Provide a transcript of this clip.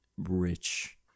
rich